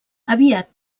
aviat